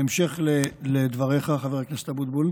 בהמשך לדבריך, חבר הכנסת אבוטבול,